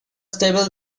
stable